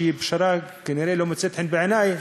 שהיא פשרה שכנראה לא מוצאת חן בעיני,